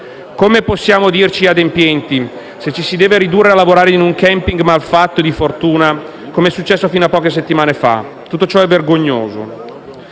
Come possiamo dirci adempienti, se ci si deve ridurre a lavorare in un *camping* malfatto e di fortuna come è successo fino a poche settimane fa? Tutto ciò è vergognoso.